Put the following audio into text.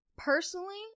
Personally